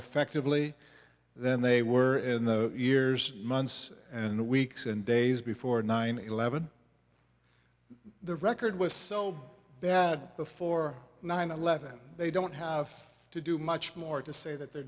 effectively than they were in the years months and weeks and days before nine eleven the record was so bad before nine eleven they don't have to do much more to say that they're